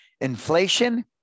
inflation